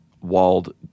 walled